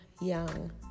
young